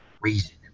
reason